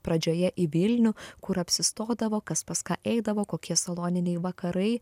pradžioje į vilnių kur apsistodavo kas pas ką eidavo kokie saloniniai vakarai